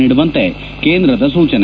ನೀಡುವಂತೆ ಕೇಂದ್ರದ ಸೂಚನೆ